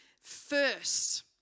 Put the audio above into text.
first